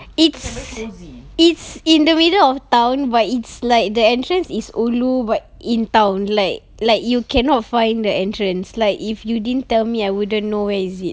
it's it's in the middle of town but it's like the entrance is ulu but in town like like you cannot find the entrance like if you didn't tell me I wouldn't know where is it